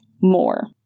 more